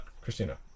Christina